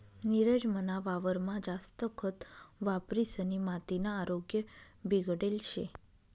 नीरज मना वावरमा जास्त खत वापरिसनी मातीना आरोग्य बिगडेल शे